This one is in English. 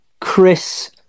Chris